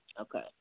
Okay